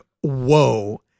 Whoa